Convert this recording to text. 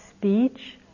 speech